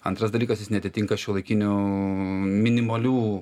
antras dalykas jis neatitinka šiuolaikinių minimalių